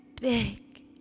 Big